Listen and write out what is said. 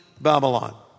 Babylon